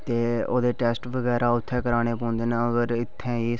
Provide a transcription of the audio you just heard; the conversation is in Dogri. ते ओह्दे टेस्ट बगैरा उत्थै कराने पौंदे न अगर इत्थै